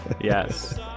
Yes